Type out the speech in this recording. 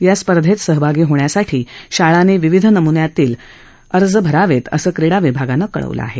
या स्पर्धेत सहभागी होण्यासाठी शाळानी विविध नमून्यातील अर्ज भरावेत असं क्रीडा विभागानं कळवलं आहे